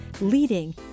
leading